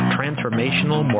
Transformational